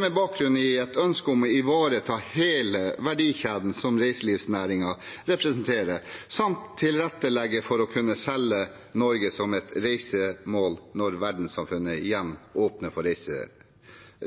med bakgrunn i et ønske om å ivareta hele verdikjeden som reiselivsnæringen representerer, samt å tilrettelegge for å kunne selge Norge som et reisemål når verdenssamfunnet igjen åpner for